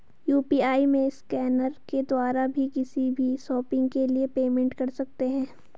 UPI में scanner के द्वारा भी किसी भी शॉपिंग के लिए पेमेंट कर सकते है